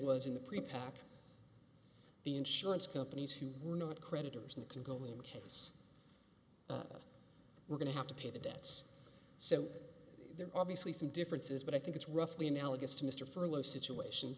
was in the pre packed the insurance companies who were not creditors and can go only in case we're going to have to pay the debts so there obviously some differences but i think it's roughly analogous to mr furlow situation